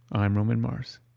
i'm roman mars.